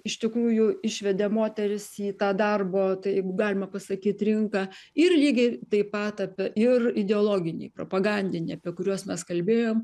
iš tikrųjų išvedė moteris į tą darbo taip galima pasakyt rinką ir lygiai taip pat apie ir ideologiniai propagandiniai apie kuriuos mes kalbėjom